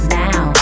now